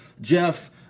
Jeff